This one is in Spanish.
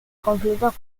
conflictos